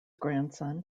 grandson